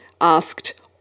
asked